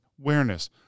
awareness